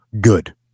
Good